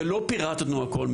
ולא פירטנו הכל,